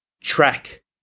Track